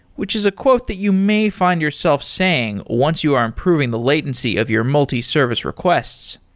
which is a quote that you may find yourself saying once you are improving the latency of your multi-service requests